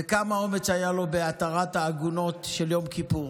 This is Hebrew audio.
וכמה אומץ היה לו בהתרת העגונות של יום כיפור.